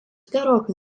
gerokai